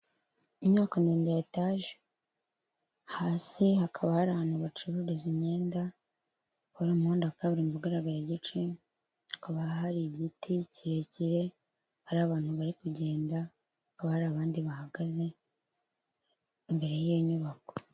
Inyubako ndende ya etaje, hasi hakaba hari ahantu bacuruza imyenda, hakaba hari muhanda wa kabiririmbo ugaragara igice, hakaba hari igiti kirekire, hari abantu bari kugenda, hakaba hari abandi bahagaze imbere y'iyo nyubako.